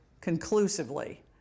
conclusively